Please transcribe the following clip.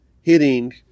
hitting